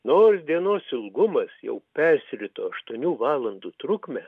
nors dienos ilgumas jau persirito aštuonių valandų trukmę